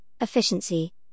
efficiency